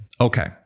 Okay